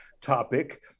topic